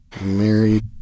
Married